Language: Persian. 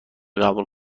قبول